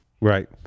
Right